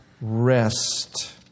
rest